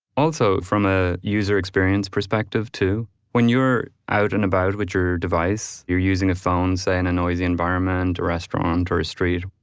also, from a user experience perspective too, when you're out and about with your device, you're using a phone say in a noisy environment or restaurant or street,